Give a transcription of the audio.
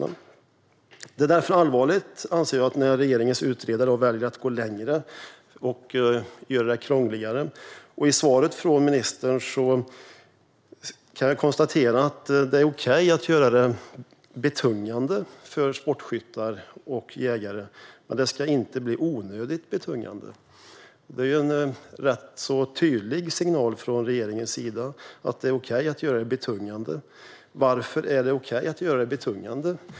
Jag anser därför att det är allvarligt att regeringens utredare väljer att gå längre och göra det krångligare. I svaret från ministern konstateras att det är okej att göra det betungande för sportskyttar och jägare men att det inte ska bli onödigt betungande. Det är ju en ganska tydlig signal från regeringens sida att det är okej att göra det betungande. Varför är det okej att göra det betungande?